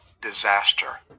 disaster